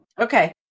Okay